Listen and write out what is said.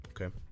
okay